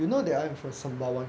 you know their emphasis